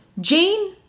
Jane